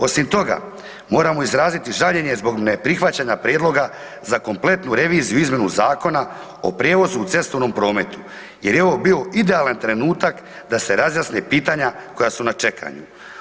Osim toga, moramo izraziti žaljenje zbog neprihvaćanja prijedloga za kompletnu reviziju izmjenu Zakona o prijevozu u cestovnom prometu jer je ovo bio idealan trenutak da se razjasne pitanja koja su na čekanju.